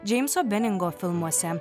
džeimso beningo filmuose